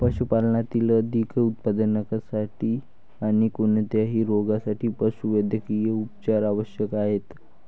पशुपालनातील अधिक उत्पादनासाठी आणी कोणत्याही रोगांसाठी पशुवैद्यकीय उपचार आवश्यक आहेत